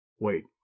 wait